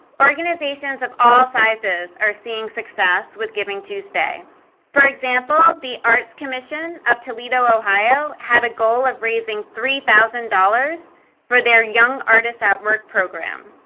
organizations of all sizes are seeing success with givingtuesday. for example, the arts commission of toledo ohio had a goal of raising three thousand dollars for their young artist at work program.